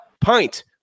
Pint